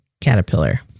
caterpillar